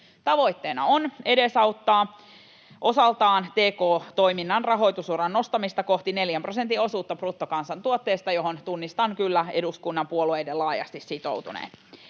Tavoitteena on edesauttaa osaltaan tk-toiminnan rahoitusuran nostamista kohti 4 prosentin osuutta bruttokansantuotteesta, johon tunnistan kyllä eduskunnan puolueiden laajasti sitoutuneen.